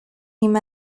him